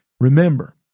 Remember